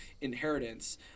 inheritance